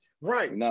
Right